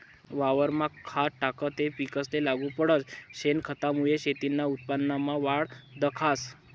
वावरमा खत टाकं ते पिकेसले लागू पडस, शेनखतमुये शेतीना उत्पन्नमा वाढ दखास